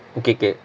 okay K